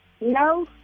No